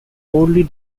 coldly